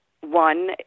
one